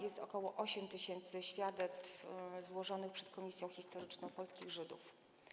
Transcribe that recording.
Jest ok. 8 tys. świadectw złożonych przed komisją historyczną polskich Żydów.